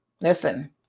Listen